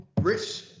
Rich